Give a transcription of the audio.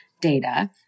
data